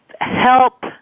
help